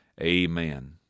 amen